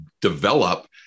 develop